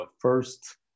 first